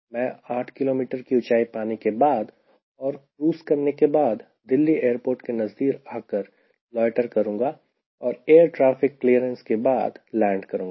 मैं 8 किलोमीटर की ऊंचाई पाने के बाद और क्रूज़ करने के बाद दिल्ली एयरपोर्ट के नज़दीक आकर लोयटर करूंगा और एयर ट्रेफिक क्लीयरेंस के बाद लैंड करूंगा